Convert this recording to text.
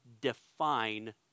define